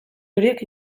horiek